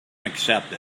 accepted